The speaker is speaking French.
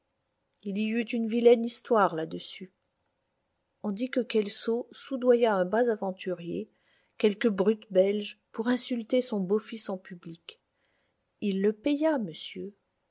il y eut une vilaine histoire là-dessus on dit que kelso soudoya un bas aventurier quelque brute belge pour insulter son beau-fils en public il le paya monsieur